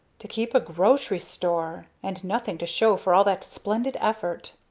to keep a grocery store! and nothing to show for all that splendid effort!